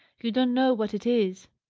you don't know what it is!